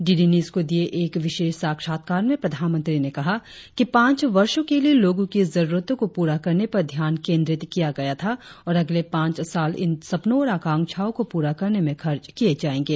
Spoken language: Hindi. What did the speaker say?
डीडी न्यूज को दिए एक विशेष साक्षात्कार में प्रधानमंत्री ने कहा कि पांच वर्षों के लिए लोगों की जरुरतों को पूरा करने पर ध्यान केंद्रित किया गया था और अगले पांच साल इन सपनों और आकांक्षाओं को पूरा करने में खर्च किए जाएंगे